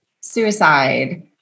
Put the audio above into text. suicide